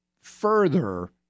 further